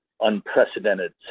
unprecedented